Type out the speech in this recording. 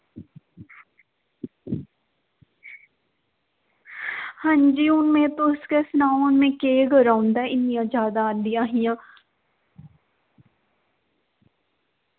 हून तुस सनाओ में केह् करां ओह्दा इन्नियां जादै आंदियां हियां